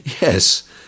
Yes